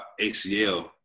ACL